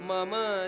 Mama